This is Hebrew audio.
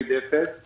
אני